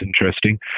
interesting